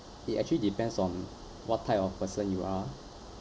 it actually depends on what type of person you are